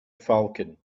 falcon